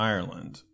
Ireland